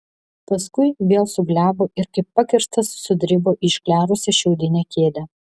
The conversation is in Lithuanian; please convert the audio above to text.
paskui vėl suglebo ir kaip pakirstas sudribo į išklerusią šiaudinę kėdę